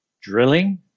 Drilling